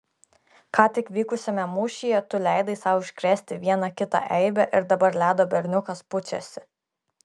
ką tik vykusiame mūšyje tu leidai sau iškrėsti vieną kitą eibę ir dabar ledo berniukas pučiasi